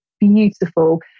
beautiful